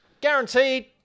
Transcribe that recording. guaranteed